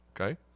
Okay